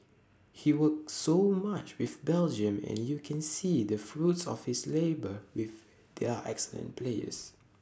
he's worked so much with Belgium and you can see the fruits of his labour with their excellent players